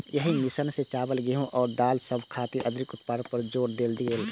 एहि मिशन मे चावल, गेहूं आ दालि सभक अतिरिक्त उत्पादन पर जोर देल गेल रहै